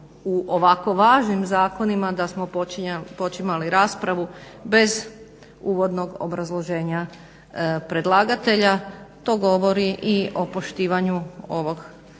u ovako važnim zakonima da smo počimali raspravu bez uvodnog obrazloženja predlagatelja. To govori i o poštivanju ovog